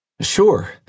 Sure